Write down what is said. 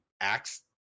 acts